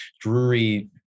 Drury